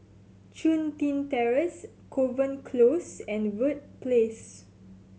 Chun Tin Terrace Kovan Close and Verde Place